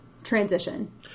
Transition